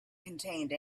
contained